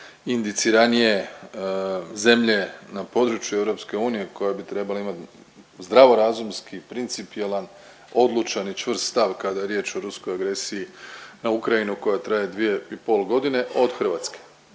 indiciranije zemlje na području EU koja bi trebala imati zdravorazumski principijelan, odlučan i čvrst stav kada je riječ o ruskoj agresiji na Ukrajinu koja traje dvije i pol godine od Hrvatske.